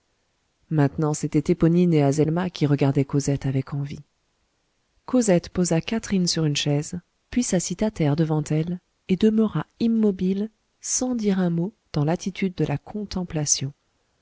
maintenant c'étaient éponine et azelma qui regardaient cosette avec envie cosette posa catherine sur une chaise puis s'assit à terre devant elle et demeura immobile sans dire un mot dans l'attitude de la contemplation